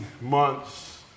months